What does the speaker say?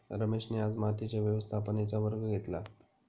रमेशने आज मातीच्या व्यवस्थापनेचा वर्ग घेतला